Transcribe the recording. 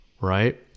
right